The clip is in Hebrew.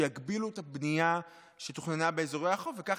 שיגבילו את הבנייה שתוכננה באזורי החוף וכך